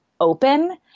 open